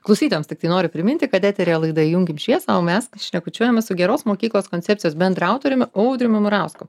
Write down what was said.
klausytojams tiktai nori priminti kad eteryje laida įjunkim šviesą o mes šnekučiuojamės su geros mokyklos koncepcijos bendraautoriumi audriumi murausku